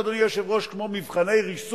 אדוני היושב-ראש, זה כמעט כמו מבחני ריסוק